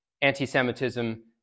anti-Semitism